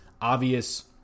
obvious